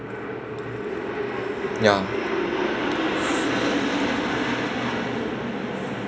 ya